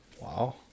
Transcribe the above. Wow